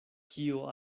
kio